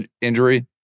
injury